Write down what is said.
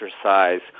exercise